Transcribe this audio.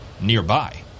nearby